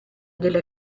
della